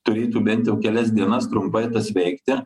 turėtų bent jau kelias dienas trumpai tas veikti